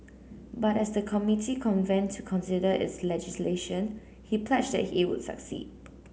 but as the committee convened to consider its legislation he pledged that it would succeed